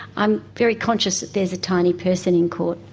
i'm very conscious that there is a tiny person in court.